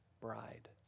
bride